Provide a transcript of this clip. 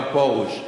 הרב פרוש.